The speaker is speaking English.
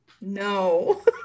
No